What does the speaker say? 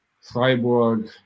freiburg